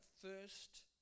first